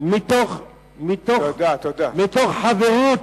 מתוך חברות,